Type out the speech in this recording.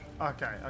Okay